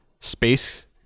space